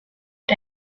had